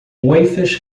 waffles